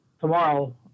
tomorrow